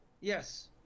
Yes